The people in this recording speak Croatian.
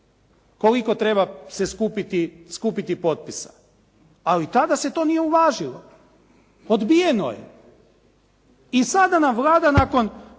koliko treba se skupiti potpisa, ali tada se to nije uvažilo. Odbijeno je. I sada nam Vlada nakon